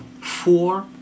four